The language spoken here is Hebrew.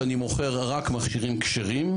זה אומר שאני מוכר רק מכשירים כשרים.